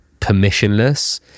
permissionless